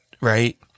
right